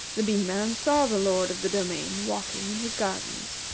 the bee-man saw the lord of the domain walking in his gardens.